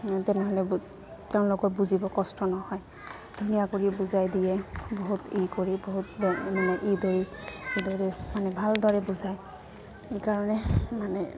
তেনেহ'লে তেওঁলোকৰ বুজিব কষ্ট নহয় ধুনীয় কৰি বুজাই দিয়ে বহুত ই কৰি বহুত মানে ইদৰি এইদৰে মানে ভালদৰে বুজায় এইকাৰণে মানে